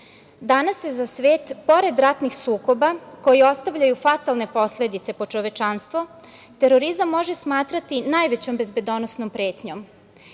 se za svet, pored ratnih sukoba koji ostavljaju fatalne posledice po čovečanstvo, terorizam može smatrati najvećom bezbedonosnom pretnjom